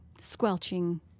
squelching